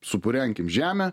supurenkim žemę